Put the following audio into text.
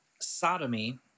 sodomy